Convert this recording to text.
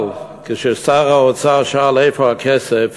אבל כששר האוצר שאל איפה הכסף,